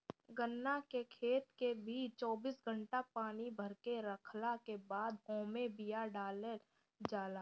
गन्ना के खेत के भी चौबीस घंटा पानी भरके रखला के बादे ओमे बिया डालल जाला